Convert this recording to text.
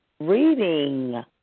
Reading